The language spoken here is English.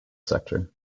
sector